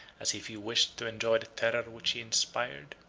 as if he wished to enjoy the terror which he inspired.